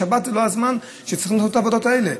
שבת זה לא הזמן שבו צריכים לעשות את העבודות האלה.